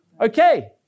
Okay